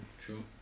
true